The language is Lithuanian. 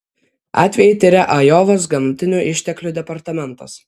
atvejį tiria ajovos gamtinių išteklių departamentas